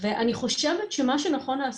אני חושבת שמה שנכון לעשות,